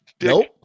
Nope